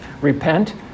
Repent